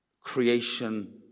Creation